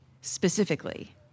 specifically